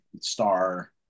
star